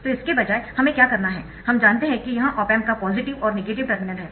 तो इसके बजाय हमें क्या करना है हम जानते है कि यह ऑप एम्प का पॉजिटिव और नेगेटिव टर्मिनल है